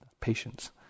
patience